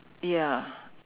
ya